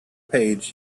page